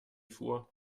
vor